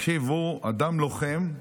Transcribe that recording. הוא אדם לוחם.